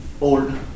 old